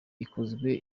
ikozwe